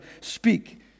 speak